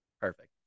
Perfect